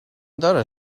دارد